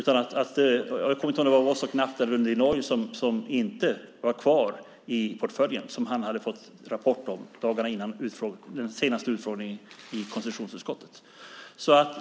Jag kommer inte ihåg om det var Vostok Nafta eller Lundin Oil som han hade fått rapport om inte var kvar i portföljen dagarna innan den senaste utfrågningen i konstitutionsutskottet.